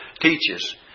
teaches